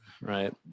right